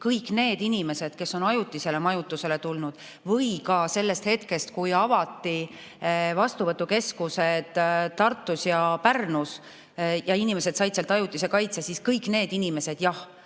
Kõik need inimesed, kes on ajutisele majutusele tulnud näiteks sellest hetkest, kui avati vastuvõtukeskused Tartus ja Pärnus ja inimesed said sealt ajutise kaitse – kõik need inimesed, jah,